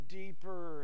deeper